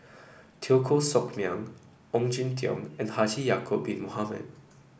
Teo Koh Sock Miang Ong Jin Teong and Haji Ya'acob Bin Mohamed